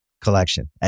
collection